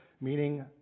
meaning